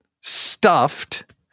stuffed